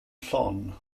llon